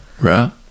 Right